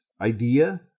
idea